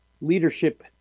leadership